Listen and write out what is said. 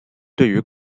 对于